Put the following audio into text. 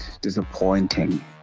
disappointing